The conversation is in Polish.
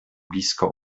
blisko